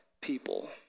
people